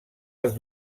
els